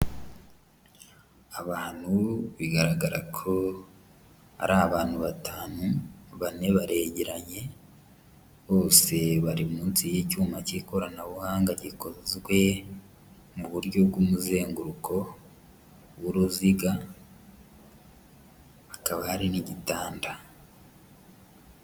Abantu bigaragara ko ari abantu batanu, bane baregeranye bose bari munsi y'icyuma cy'ikoranabuhanga gikozwe mu buryo bw'umuzenguruko w'uruziga, hakaba hari n'igitanda.